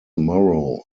morrow